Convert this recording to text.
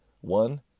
One